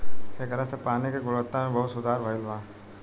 ऐकरा से पानी के गुणवत्ता में बहुते सुधार भईल बा